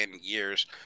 years